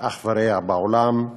אח ורע בעולם,